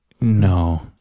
No